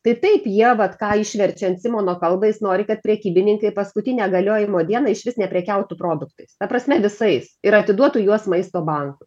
tai taip jie vat ką išverčiant simono kalbą jis nori kad prekybininkai paskutinę galiojimo dieną išvis neprekiautų produktais ta prasme visais ir atiduotų juos maisto bankui